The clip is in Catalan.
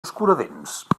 escuradents